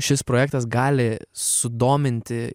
šis projektas gali sudominti